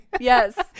yes